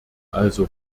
also